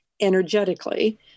energetically